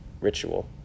ritual